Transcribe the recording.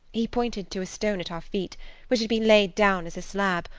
he pointed to a stone at our feet which had been laid down as a slab,